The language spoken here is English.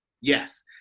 Yes